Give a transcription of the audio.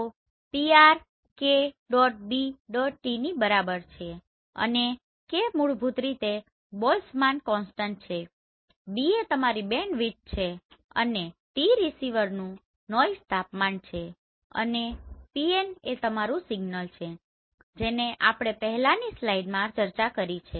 તો Pr k⋅B⋅T ની બરાબર છે અને k મૂળભૂત રીતે બોલ્ત્ઝમાન કોન્સ્ટન્ટ છે B એ તમારી બેન્ડવિડ્થ છે અને T રીસીવરનું નોઈસ તાપમાન છે અને Pn એ અમારું સિગ્નલ છે જેની આપણે પહેલાની સ્લાઇડમાં પહેલાથી ચર્ચા કરી છે